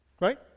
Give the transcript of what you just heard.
right